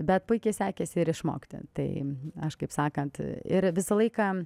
bet puikiai sekėsi ir išmokti tai aš kaip sakant ir visą laiką